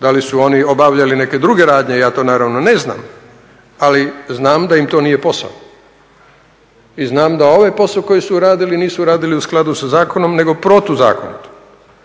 Da li su oni obavljali neke druge radnje ja to naravno ne znam, ali znam da im to nije posao i znam da ovaj posao koji su radili nisu radili u skladu sa zakonom, nego protuzakonito